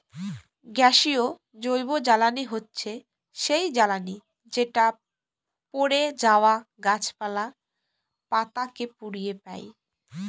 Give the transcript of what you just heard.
গ্যাসীয় জৈবজ্বালানী হচ্ছে সেই জ্বালানি যেটা পড়ে যাওয়া গাছপালা, পাতা কে পুড়িয়ে পাই